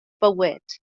bywyd